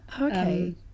Okay